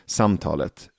samtalet